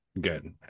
Good